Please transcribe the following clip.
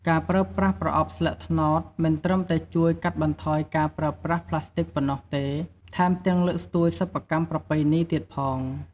ការប្រើប្រាស់ប្រអប់ស្លឹកត្នោត មិនត្រឹមតែជួយកាត់បន្ថយការប្រើប្រាស់ប្លាស្ទិកប៉ុណ្ណោះទេ ថែមទាំងលើកស្ទួយសិប្បកម្មប្រពៃណីទៀតផង។